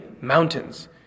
mountains